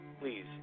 please